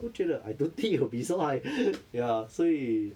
我觉得 I don't think it will be so high ya 所以